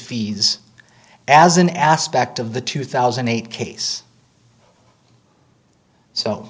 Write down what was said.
fees as an aspect of the two thousand and eight case so